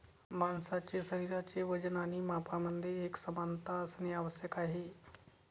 माणसाचे शरीराचे वजन आणि मापांमध्ये एकसमानता असणे आवश्यक आहे